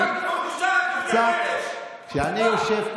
צעקת פה